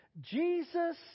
Jesus